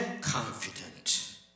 confident